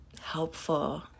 helpful